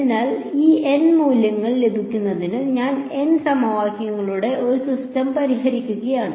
അതിനാൽ ഈ n മൂല്യങ്ങൾ ലഭിക്കുന്നതിന് ഞാൻ n സമവാക്യങ്ങളുടെ ഒരു സിസ്റ്റം പരിഹരിക്കുകയാണ്